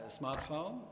smartphone